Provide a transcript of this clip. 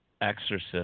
exorcist